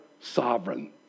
sovereign